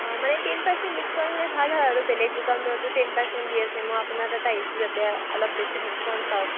অঁ মানে ten percent discount হ'লে ভাল হয় আৰু বেলেগ দোকানবোৰতো টেন পাৰ্চেণ্ট দি আছে মই আপোনাৰ তাত আহিছোঁ যাতে অলপ বেছি ডিছকাউণ্ট পাওঁ